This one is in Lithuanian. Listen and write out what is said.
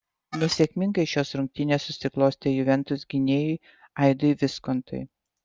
nesėkmingai šios rungtynės susiklostė juventus gynėjui aidui viskontui